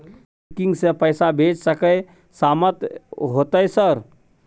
Net banking से पैसा भेज सके सामत होते सर?